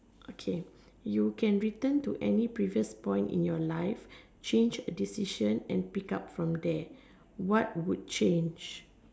okay you can return to any previous point in your life change decision and pick up from there what would change